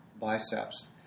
biceps